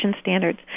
standards